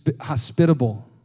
hospitable